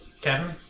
Kevin